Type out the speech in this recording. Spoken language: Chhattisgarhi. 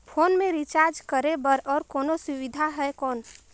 फोन मे रिचार्ज करे बर और कोनो सुविधा है कौन?